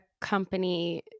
company